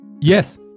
Yes